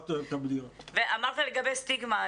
אמרת לגבי סטיגמה,